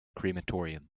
crematorium